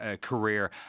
career